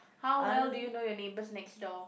how well do you know your neighbours next door